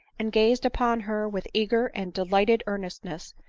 and gazed upon her with eager and delighted earnestness,